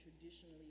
traditionally